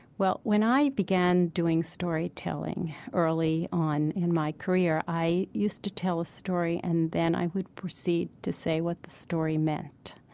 well, when i began doing storytelling early on in my career, i used to tell a story, and then i would proceed to say what the story meant.